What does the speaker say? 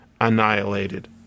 annihilated